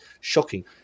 Shocking